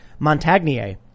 Montagnier